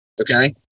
okay